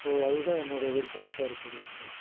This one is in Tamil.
ஸோ அதுதான் என்னோட விருப்பு வெறுப்பா இருக்குது இதில்